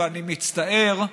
ואני מצטער,